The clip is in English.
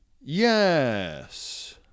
yes